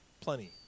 plenty